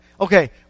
Okay